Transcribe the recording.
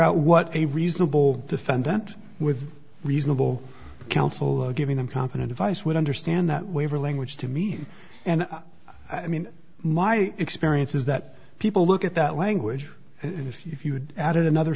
out what a reasonable defendant with reasonable counsel giving them competent advice would understand that waiver language to me and i mean my experience is that people look at that language and if you added another